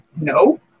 No